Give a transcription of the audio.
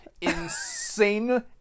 insane